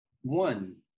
one